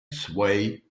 sway